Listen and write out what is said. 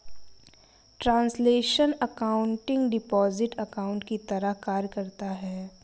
translational accounting deposit account की तरह कार्य करता है